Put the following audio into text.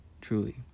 truly